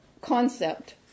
concept